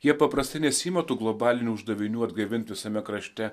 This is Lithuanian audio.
jie paprastai nesiima tų globalinių uždavinių atgaivinti visame krašte